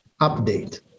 update